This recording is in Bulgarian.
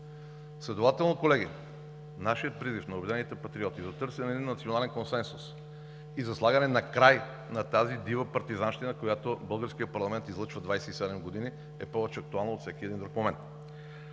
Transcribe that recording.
Следователно, колеги, нашият призив – на „Обединените патриоти“, е в търсене на национален консенсус и за слагане на край на тази дива партизанщина, която българският парламент излъчва 27 години, е повече от актуален от всеки един друг момент.